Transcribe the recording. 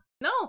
No